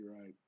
right